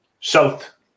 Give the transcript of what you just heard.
South